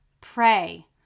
pray